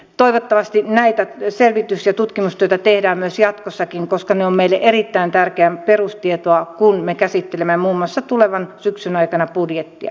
toivottavasti tätä selvitys ja tutkimustyötä tehdään myös jatkossa koska se on meille erittäin tärkeää perustietoa kun me käsittelemme muun muassa tulevan syksyn aikana budjettia